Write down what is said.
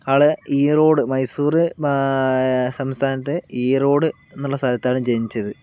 ആള് ഈറോഡ് മൈസൂര് സംസ്ഥാനത്തെ ഈറോഡ് എന്നുള്ള സ്ഥലത്താണ് ജനിച്ചത്